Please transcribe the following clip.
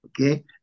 Okay